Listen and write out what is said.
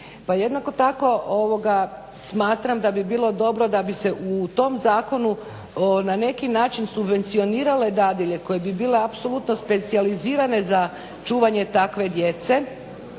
jednako tako smatram da bi bilo dobro da bi se u tom zakonu na neki način subvencionirale dadilje koje bi bile apsolutno specijalizirane za čuvanje takve djece